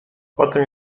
potem